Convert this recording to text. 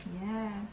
Yes